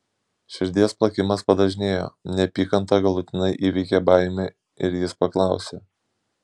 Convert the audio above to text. širdies plakimas padažnėjo neapykanta galutinai įveikė baimę ir jis paklausė